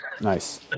Nice